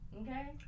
okay